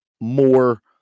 more